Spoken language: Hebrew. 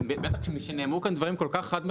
בטח משנאמרו פה דברים כל כך חד משמעיים,